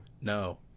No